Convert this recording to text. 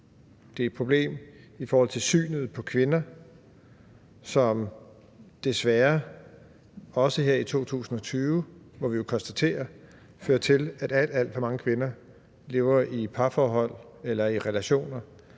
Det er et problem i forhold til synet på kvinder, som desværre også her i 2020 – må vi jo konstatere – fører til, at alt, alt for mange kvinder lever i et parforhold eller i relationer,